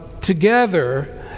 together